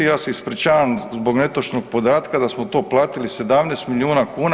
Ja se ispričavam zbog netočnog podatka da smo to platili 17 milijuna kuna.